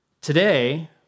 Today